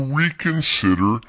reconsider